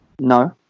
No